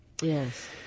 Yes